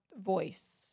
voice